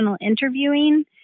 interviewing